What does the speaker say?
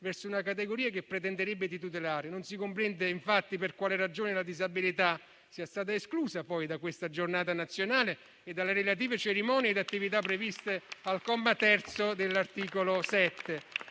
verso una categoria che pretenderebbe di tutelare: non si comprende infatti per quale ragione la disabilità sia stata esclusa da questa giornata nazionale e dalle relative cerimonie e attività previste al comma 3 dell'articolo 7.